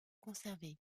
conservée